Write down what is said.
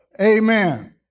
Amen